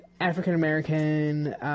African-American